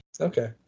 Okay